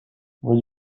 will